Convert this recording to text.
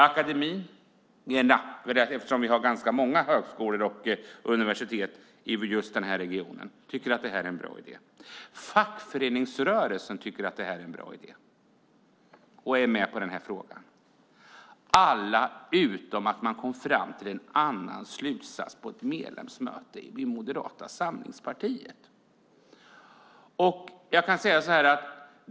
Akademierna - vi har ganska många högskolor och universitet i just den här regionen - tycker att det här är en bra idé. Fackföreningsrörelsen tycker att det här är en bra idé. Men man kom fram till en annan slutsats på ett medlemsmöte i Moderata samlingspartiet.